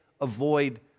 avoid